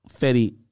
Fetty